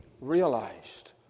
realized